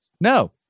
No